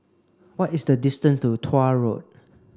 what is the distance to Tuah Road